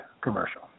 commercial